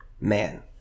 man